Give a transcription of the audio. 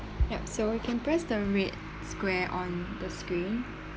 yup so you can press the red square on the screen